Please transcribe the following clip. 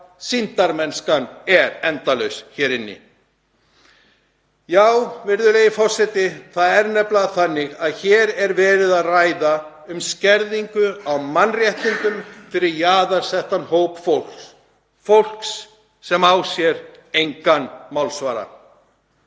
sýndarmennskan er endalaus hér inni. Virðulegi forseti. Það er nefnilega þannig að hér er verið að ræða um skerðingu á mannréttindum fyrir jaðarsettan hóp fólks sem á sér engan málsvara.